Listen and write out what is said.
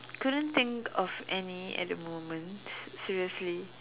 couldn't think of any at the moment s~ seriously